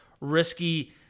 risky